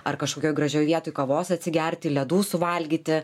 ar kažkokioj gražioj vietoj kavos atsigerti ledų suvalgyti